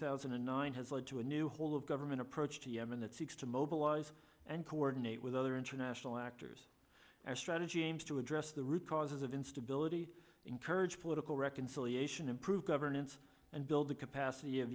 thousand and nine has led to a new whole of government approach to yemen that seeks to mobilize and coordinate with other international actors our strategy aims to address the root causes of instability encourage political reconciliation improve governance and build the capacity of